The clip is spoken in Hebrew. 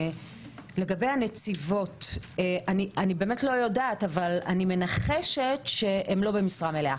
לגבי הנציבות אני לא יודעת אבל אני מנחשת שהן לא במשרה מלאה.